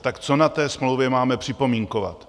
Tak co na té smlouvě máme připomínkovat?